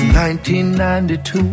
1992